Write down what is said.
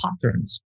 patterns